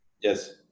Yes